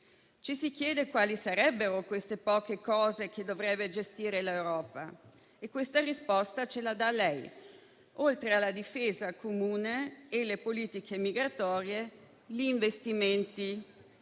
Ci si chiede quali sarebbero queste poche cose che dovrebbe gestire l'Europa. Questa risposta ce la dà lei. Oltre alla difesa comune e alle politiche migratorie, gli investimenti.